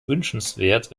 wünschenswert